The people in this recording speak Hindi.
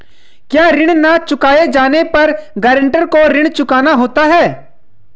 क्या ऋण न चुकाए जाने पर गरेंटर को ऋण चुकाना होता है?